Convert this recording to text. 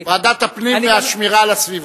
ועדת הפנים והשמירה על הסביבה.